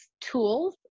tools